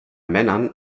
männern